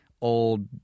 old